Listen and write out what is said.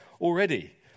already